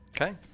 Okay